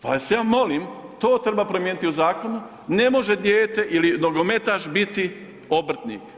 Pa vas ja molim to treba promijeniti u zakonu ne može dijete ili nogometaš biti obrtnik.